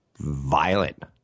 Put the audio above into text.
violent